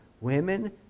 women